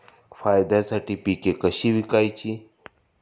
फायद्यासाठी पिके कशी विकायची?